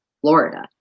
Florida